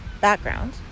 background